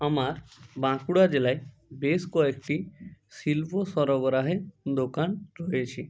আমার বাঁকুড়া জেলায় বেশ কয়েকটি শিল্প সরবরাহের দোকান রয়েছে